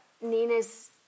Nina's